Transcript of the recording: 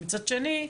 מצד שני,